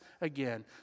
again